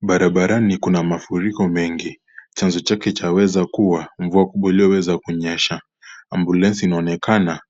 Barabarani kuna mafuriko mengi, chanjo chake chakuwa mvua ulioweza kunyesha kwa umbali unaonekana